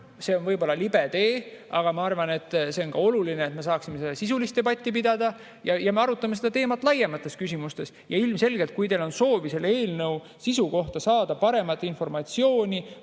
see on võib-olla libe tee, aga ma arvan, et see on oluline, et me saaksime seda sisulist debatti pidada – me arutame seda teemat laiemalt. Ja kui teil on soovi selle eelnõu sisu kohta saada rohkem informatsiooni,